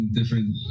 different